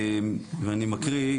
ואני מקריא,